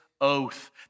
oath